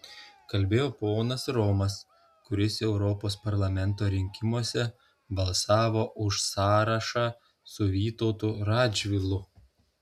kalbėjo ponas romas kuris europos parlamento rinkimuose balsavo už sąrašą su vytautu radžvilu